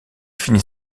finit